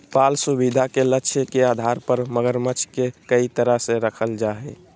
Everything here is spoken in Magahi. पालन सुविधा के लक्ष्य के आधार पर मगरमच्छ के कई तरह से रखल जा हइ